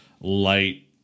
light